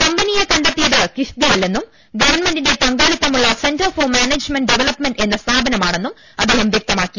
കമ്പനിയെ കണ്ടെത്തിയത് കിഫ്ബിയല്ലെന്നും ഗവൺമെന്റിന് പങ്കാളിത്തമുള്ള സെന്റർ ഫോർ മാനേജ്മെന്റ് ഡെവലപ്പ്മെന്റ് എന്ന സ്ഥാപനമാണെന്നും അദ്ദേഹം വൃക്തമാക്കി